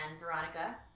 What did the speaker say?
Veronica